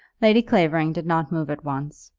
lady clavering did not move at once,